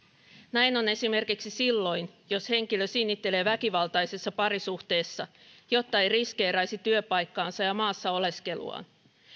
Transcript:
näin on esimerkiksi silloin jos henkilö sinnittelee väkivaltaisessa parisuhteessa jotta ei riskeeraisi työpaikkaansa ja maassa oleskeluaan